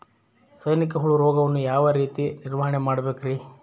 ಸೈನಿಕ ಹುಳು ರೋಗವನ್ನು ಯಾವ ರೇತಿ ನಿರ್ವಹಣೆ ಮಾಡಬೇಕ್ರಿ?